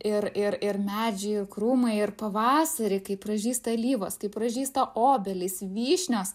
ir ir ir medžiai krūmai ir pavasarį kai pražysta alyvos kai pražysta obelys vyšnios